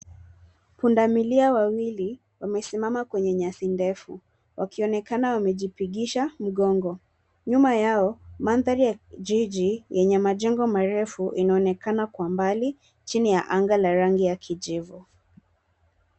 Punda milia wawili, wamesimama kwenye nyasi ndefu, wakionekana wamejipigisha mgongo. Nyuma yao, mandhari ya jiji, yenye majengo marefu, inaonekana kwa mbali, chini ya anga ya rangi ya kijivu.